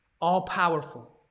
all-powerful